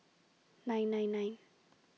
nine nine nine